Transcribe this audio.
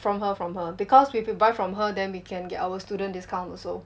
from her from her because if we buy from her then we can get our student discount also